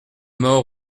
mort